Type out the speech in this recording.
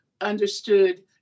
understood